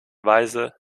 weise